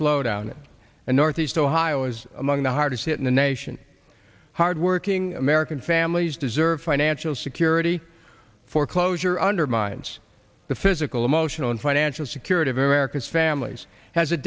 slowdown in northeast ohio among the hardest hit in the nation hardworking american families deserve financial security foreclosure undermines the physical emotional and financial security of america's families has a